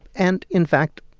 and, in fact,